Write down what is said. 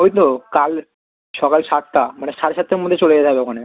ওই তো কাল সকাল সাতটা মানে সাড়ে সাতটার মধ্যে চলে যেতে হবে ওখানে